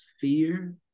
fear